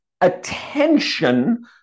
attention